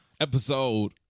episode